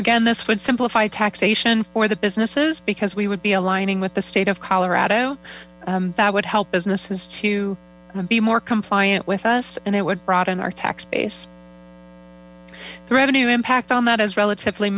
again t ts w wldld splplif taxation for the businesses because we would be aligning with the state of colorado that would help businesses to be more compliant with us and it would broaden our tax base the revenue impact on that is relatively